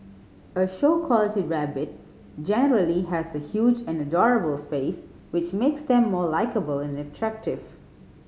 a show quality rabbit generally has a huge and adorable face which makes them more likeable and attractive